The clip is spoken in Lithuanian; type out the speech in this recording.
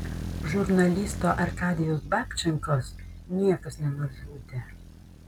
žurnalisto arkadijaus babčenkos niekas nenužudė